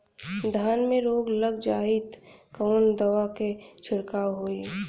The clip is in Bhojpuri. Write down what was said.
धान में रोग लग जाईत कवन दवा क छिड़काव होई?